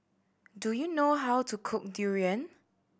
do you know how to cook durian